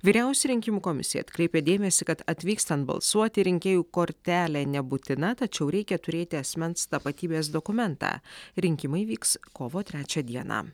vyriausia rinkimų komisija atkreipė dėmesį kad atvykstant balsuoti rinkėjų kortelė nebūtina tačiau reikia turėti asmens tapatybės dokumentą rinkimai vyks kovo trečią dieną